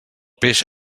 peix